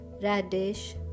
radish